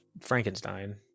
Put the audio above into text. Frankenstein